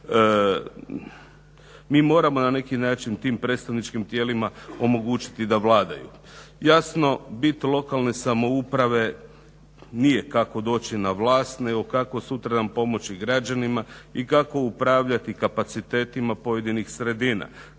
Mi moramo na neki način tim predstavničkim tijelima omogućiti da vladaju. Jasno bit lokalna samouprave nije kako doći na vlast nego kako sutradan pomoći građanima i kako upravljati kapacitetima pojedinih sredina,